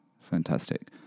Fantastic